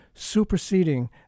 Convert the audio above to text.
superseding